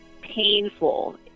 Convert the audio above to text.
painful